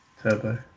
Turbo